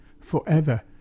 forever